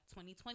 2020